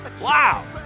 wow